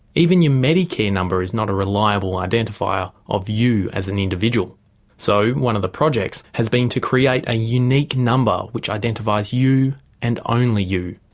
even your medicare number is not a reliable identifier of you as an individual so one of the projects has been to create a unique number which identifies you and only you.